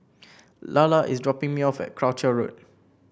Lalla is dropping me off at Croucher Road